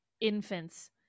infants